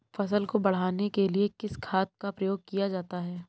फसल को बढ़ाने के लिए किस खाद का प्रयोग किया जाता है?